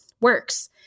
works